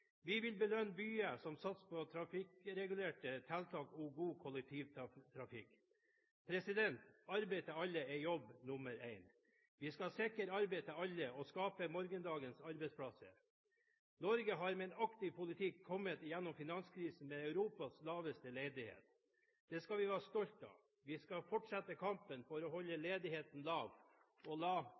Vi vil belønne byer som satser på trafikkregulerende tiltak og god kollektivtrafikk. Arbeid til alle er jobb nr. én. Vi skal sikre arbeid til alle og skape morgendagens arbeidsplasser. Norge har med en aktiv politikk kommet gjennom finanskrisen med Europas laveste ledighet. Det skal vi være stolte av. Vi skal fortsette kampen for å holde ledigheten lav og